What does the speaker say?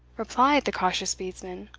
replied the cautious bedesman.